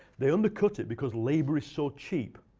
they undercut it because labor is so cheap.